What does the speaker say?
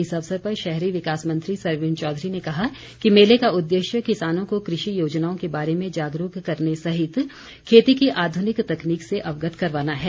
इस अवसर पर शहरी विकास मंत्री सरवीण चौधरी ने कहा कि मेले का उद्देश्य किसानों को कृषि योजनाओं के बारे में जागरूक करने सहित खेती की आध्रनिक तकनीक से अवगत करवाना है